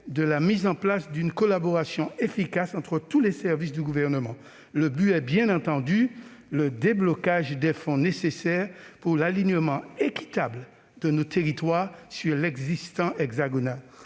de mise en place d'une collaboration efficace entre tous les services du Gouvernement. Le but étant le déblocage des fonds nécessaires pour l'alignement équitable de nos territoires sur l'existant hexagonal.